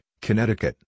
Connecticut